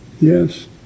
Yes